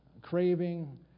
craving